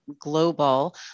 Global